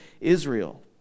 Israel